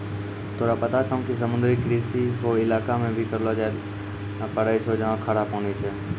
तोरा पता छौं कि समुद्री कृषि हौ इलाका मॅ भी करलो जाय ल पारै छौ जहाँ खारा पानी छै